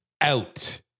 out